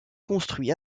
construit